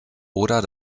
oder